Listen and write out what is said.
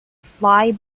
fly